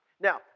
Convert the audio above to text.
Now